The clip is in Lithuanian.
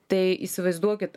tai įsivaizduokit